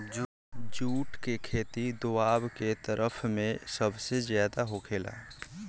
जुट के खेती दोवाब के तरफ में सबसे ज्यादे होखेला